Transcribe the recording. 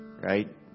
right